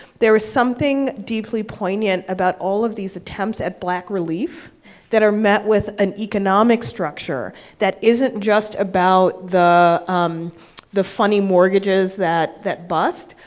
there is something deeply poignant about all of these attempts at black relief that are met with an economic structure that isn't just about the um the funny mortgages that that bust,